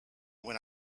when